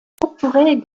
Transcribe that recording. strukturell